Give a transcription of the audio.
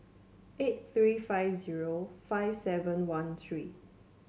eight three five zero five seven one three